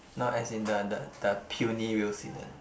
no as in the the the puny Wilsidon